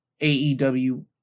AEW